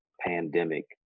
pandemic